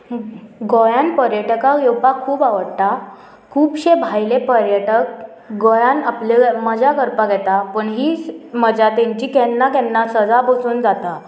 गोंयान पर्यटकांक येवपाक खूब आवडटा खुबशे भायले पर्यटक गोंयान आपले मजा करपाक येता पूण ही मजा तेंची केन्ना केन्ना सजा बसून जाता